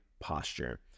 posture